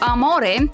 Amore